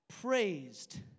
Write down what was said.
praised